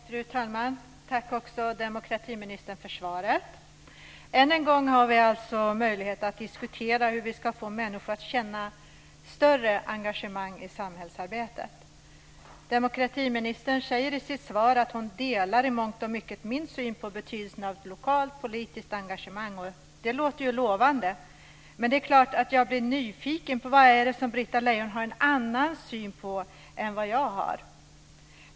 Fru talman! Tack för svaret, demokratiministern. Än en gång har vi möjlighet att diskutera hur vi ska få människor att känna större engagemang i samhällsarbetet. Demokratiministern säger i sitt svar att hon i mångt och mycket delar min syn på betydelsen av ett lokalt politiskt engagemang, och det låter ju lovande. Men det är klart att jag blir nyfiken på vad det är som Britta Lejon har en annan syn på än vad jag har.